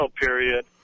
period